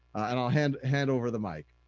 and i'll hand hand over the mic.